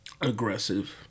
aggressive